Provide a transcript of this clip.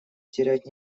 терять